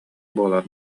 буолар